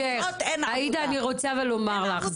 עאידה אני רוצה להגיד לך,